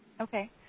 Okay